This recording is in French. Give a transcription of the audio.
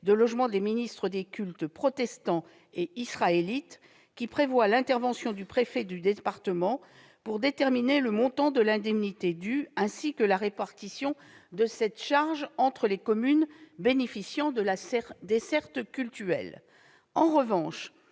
de logement des ministres des cultes protestant et israélite, qui prévoit l'intervention du préfet de département pour déterminer le montant de l'indemnité due, ainsi que la répartition de cette charge entre les communes bénéficiant de la desserte cultuelle. En revanche,